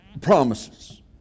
promises